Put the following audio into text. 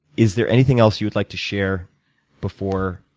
is there anything else you'd like to share before